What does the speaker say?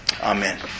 Amen